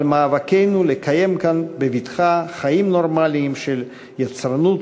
על מאבקנו לקיים כאן בבטחה חיים נורמליים של יצרנות,